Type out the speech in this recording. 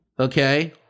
Okay